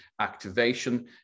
activation